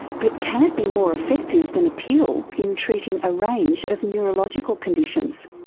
but can it be more effective than a pill in treating a range of neurological conditions?